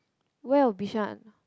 where of Bishan